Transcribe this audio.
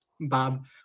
Bob